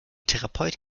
therapeut